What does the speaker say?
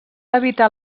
evitar